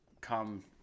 come